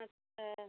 अच्छा